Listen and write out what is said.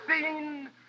seen